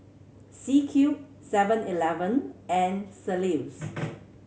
C Cube Seven Eleven and St Ives